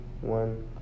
One